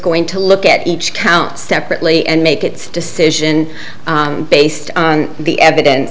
going to look at each count separately and make its decision based on the evidence